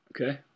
okay